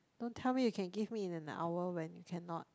don't tell me you can give me in an hour when you cannot